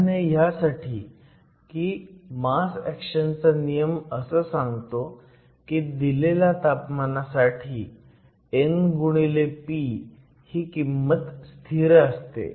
प्राधान्य ह्यासाठी की मास ऍक्शन चा नियम असं सांगतो की दिलेल्या तापमानासाठी n x p ही किंमत स्थिर असते